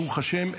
ברוך השם,